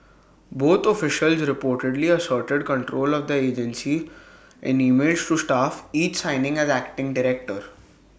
both officials reportedly asserted control of the agency in emails to staff each signing as acting director